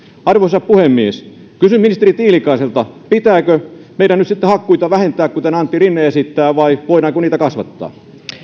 arvoisa puhemies kysyn ministeri tiilikaiselta pitääkö meidän nyt sitten hakkuita vähentää kuten antti rinne esittää vai voidaanko niitä kasvattaa